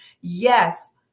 yes